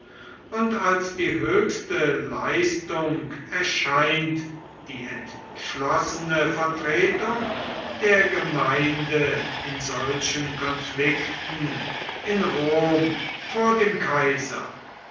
und als die höchste leistung erscheint die entschlossene vertretung der gemeinde in solchen konflikten in rom vor dem kaiser